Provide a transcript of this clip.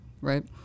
right